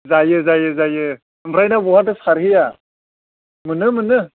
जायो जायो जायो ओमफ्राय दा बहाथो सारहैया मोनो मोनो